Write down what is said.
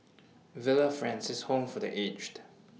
Villa Francis Home For The Aged